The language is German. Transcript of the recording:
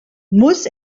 muss